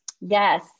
Yes